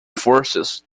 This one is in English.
forces